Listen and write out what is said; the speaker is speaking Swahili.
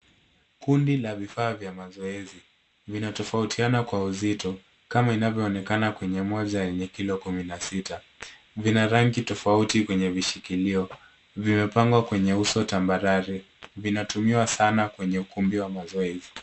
Kundi la vifaa vya mazoezi vinatofautiana kwa uzito kama inavyoonekana kwenye moja ya yenye kilo kumi na sita. Vina rangi tofauti kwenye vishikiliwa. Vimepangwa kwenye uso tambarare vinatumiwa sana kwenye ukumbi wa mazoezi.